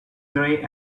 grey